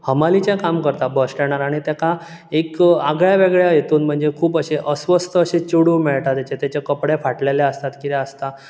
हमालिचें काम करता बस स्टेण्डार आनी तेका एक आगळ्या वेगळ्या हेतून म्हणजे खूब अशें अस्वस्थ अशें चेडूं मेळटा तेचे कपडे फाटलेले आसतात कितें आसता